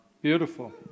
Beautiful